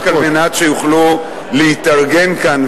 נועדה רק על מנת שיוכלו להתארגן כאן,